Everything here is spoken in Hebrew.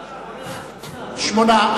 שמונה.